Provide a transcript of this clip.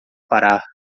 parar